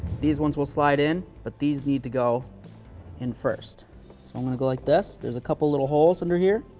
these ones will slide in, but these need to go in first so i'm going to go like this. there's a couple little holes under here.